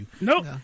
Nope